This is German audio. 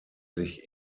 sich